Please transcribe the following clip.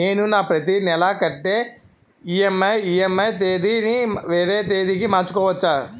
నేను నా ప్రతి నెల కట్టే ఈ.ఎం.ఐ ఈ.ఎం.ఐ తేదీ ని వేరే తేదీ కి మార్చుకోవచ్చా?